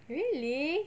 really